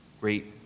great